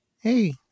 hey